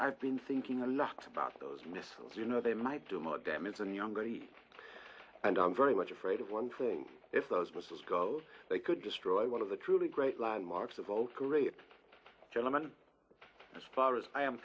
i've been thinking a lox about those missiles you know they might do more damage than younger the and i'm very much afraid of one thing if those missiles go they could destroy one of the truly great landmarks of both great gentleman as far as i am